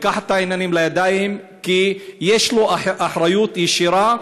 לקחת את העניינים לידיים, כי יש לו אחריות ישירה,